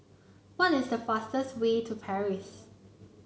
what is the fastest way to Paris